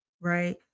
right